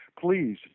please